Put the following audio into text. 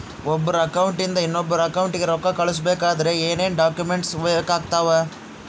ಒಬ್ಬರ ಅಕೌಂಟ್ ಇಂದ ಇನ್ನೊಬ್ಬರ ಅಕೌಂಟಿಗೆ ರೊಕ್ಕ ಕಳಿಸಬೇಕಾದ್ರೆ ಏನೇನ್ ಡಾಕ್ಯೂಮೆಂಟ್ಸ್ ಬೇಕಾಗುತ್ತಾವ?